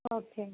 okay